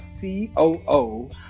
COO